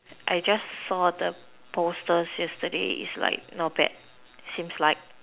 I just saw the posters yesterday it's like not bad seems like